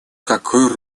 какой